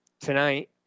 tonight